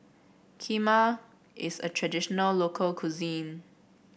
kheema is a traditional local cuisine